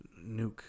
nuke